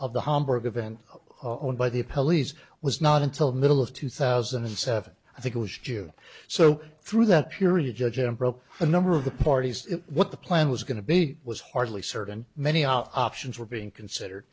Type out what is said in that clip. of the hamburg event on by the police was not until the middle of two thousand and seven i think it was june so through that period judge and broke a number of the parties what the plan was going to be was hardly certain many our options were being considered